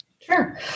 Sure